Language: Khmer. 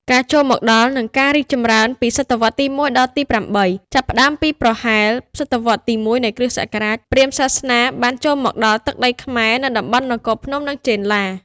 ការចូលមកដល់ និងការរីកចម្រើន ពីសតវត្សរ៍ទី ១ ដល់ទី ៨ ចាប់ផ្ដើមពីប្រហែលសតវត្សរ៍ទី ១ នៃគ.ស. ព្រាហ្មណ៍សាសនាបានចូលមកដល់ទឹកដីខ្មែរ នៅតំបន់នគរភ្នំ និងចេនឡា។